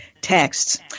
Texts